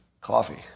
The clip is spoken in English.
coffee